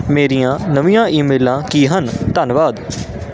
ਮੇਰੀਆਂ ਨਵੀਆਂ ਈਮੇਲਾਂ ਕੀ ਹਨ ਧੰਨਵਾਦ